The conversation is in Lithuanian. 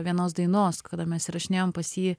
vienos dainos kada mes įrašinėjom pas jį